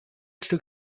stück